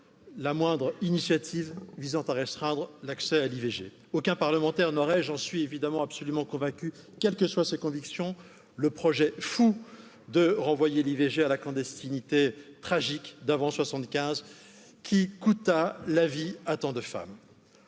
la moindre initiative visant à restreindre l'accès à l'i v g aucun parlementaire n'aurait j'en suis évidemment absolument convaincu quelles que soient ses convictions le projet fou de renvoyer l'ivg à la clandestinité tragique d'avant soixante quinze qui coûta la vie à tant de femmes